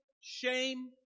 shame